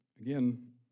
again